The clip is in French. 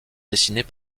dessinés